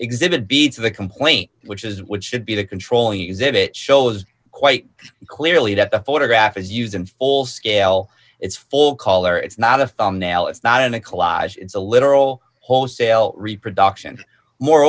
exhibit beads of the complaint which is what should be the controlling exhibit shows quite clearly that the photograph is used in full scale it's full color it's not a thumbnail it's not a collage it's a literal wholesale reproduction more